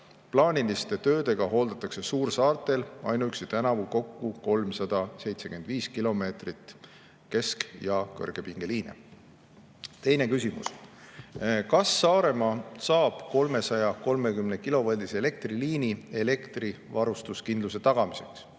Plaaniliste töödega hooldatakse suursaartel ainuüksi tänavu kokku 375 kilomeetrit kesk- ja kõrgepingeliine. Teine küsimus on see, kas Saaremaa saab 330-kilovoldise elektriliini elektrivarustuskindluse tagamiseks.